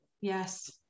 Yes